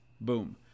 Boom